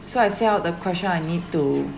so I say out the question I need to